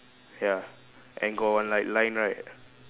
ya and got one like line right